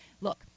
Look